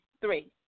Three